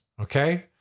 okay